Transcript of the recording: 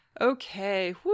Okay